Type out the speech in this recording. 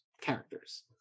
characters